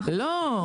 אנחנו --- לא,